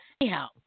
Anyhow